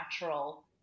natural